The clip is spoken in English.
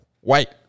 white